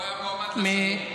הוא היה מועמד לשלום.